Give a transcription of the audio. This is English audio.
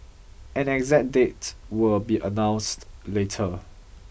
an exact date will be announced later